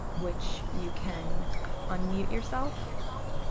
which you can unmute yourself yourself